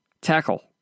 Tackle